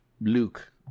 Luke